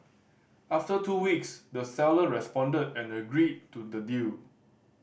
after two weeks the seller responded and agreed to the deal